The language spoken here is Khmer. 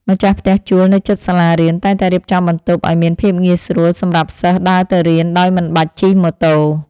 ម្ចាស់ផ្ទះជួលនៅជិតសាលារៀនតែងតែរៀបចំបន្ទប់ឱ្យមានភាពងាយស្រួលសម្រាប់សិស្សដើរទៅរៀនដោយមិនបាច់ជិះម៉ូតូ។